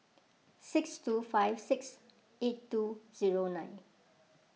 six two five six eight two zero nine